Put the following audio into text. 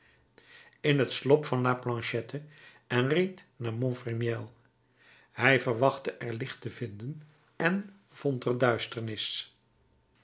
in het slop van la planchette en reed naar montfermeil hij verwachtte er licht te vinden en vond er duisternis